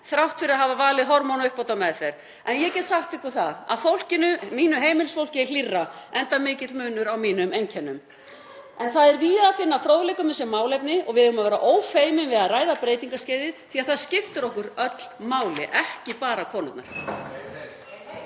þrátt fyrir að hafa valið hormónauppbótarmeðferð. En ég get sagt ykkur það að mínu heimilisfólki er hlýrra, enda mikill munur á mínum einkennum. Það er víða að finna fróðleik um þessi málefni og við eigum að vera ófeimin við að ræða breytingaskeiðið því að það skiptir okkur öll máli, ekki bara konurnar.